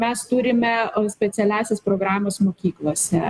mes turime specialiąsias programas mokyklose